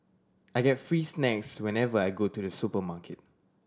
I get free snacks whenever I go to the supermarket